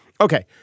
Okay